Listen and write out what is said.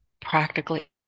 practically